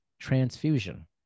transfusion